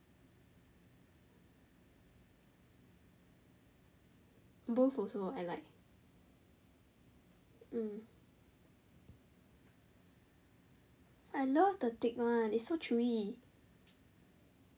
both also I like mm I love the thick one it's so chewy